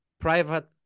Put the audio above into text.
private